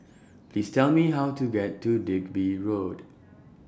Please Tell Me How to get to Digby Road